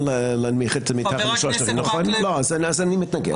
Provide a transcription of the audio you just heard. להוריד את זה מ-3,000 אז אני מתנגד.